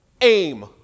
aim